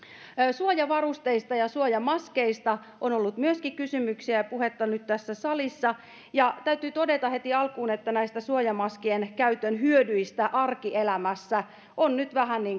suojavarusteista ja suojamaskeista on ollut myöskin kysymyksiä ja puhetta nyt tässä salissa ja täytyy todeta heti alkuun että suojamaskien käytön hyödyistä arkielämässä on nyt vähän